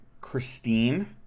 christine